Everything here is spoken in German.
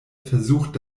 versucht